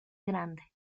grande